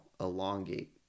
elongate